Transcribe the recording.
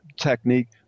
technique –